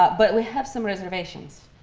but but we have some reservations.